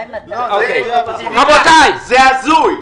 זה הזוי.